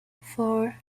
four